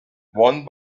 one